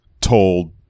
told